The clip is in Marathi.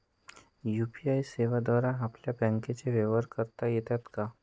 यू.पी.आय सेवेद्वारे आपल्याला बँकचे व्यवहार करता येतात का?